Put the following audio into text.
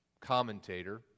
commentator